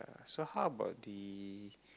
so how about the